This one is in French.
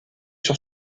sur